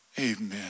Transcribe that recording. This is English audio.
Amen